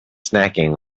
snacking